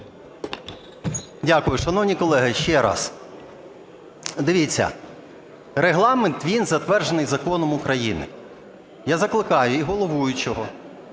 Дякую. Шановні колеги, ще раз, дивіться, Регламент, він затверджений Законом України. Я закликаю і головуючого